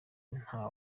nta